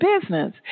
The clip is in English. business